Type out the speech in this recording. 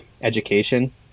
education